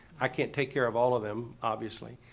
i can't take care of all of them obviously.